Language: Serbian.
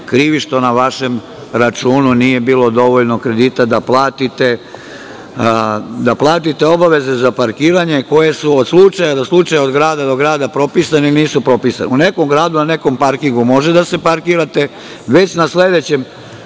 krivi, što na vašem računu nije bilo dovoljno kredita da platite obaveze za parkiranje koje su od slučaja do slučaja, od grada do grada, propisane ili nisu propisane.U nekom gradu na nekom parkingu može da se parkirate, već na sledećem